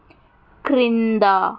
క్రింద